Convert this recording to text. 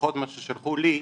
לפחות ממה ששלחו לי,